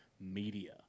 Media